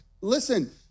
Listen